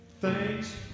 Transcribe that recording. Thanks